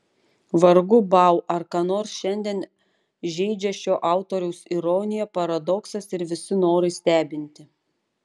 vargu bau ar ką nors šiandien žeidžia šio autoriaus ironija paradoksas ir visi norai stebinti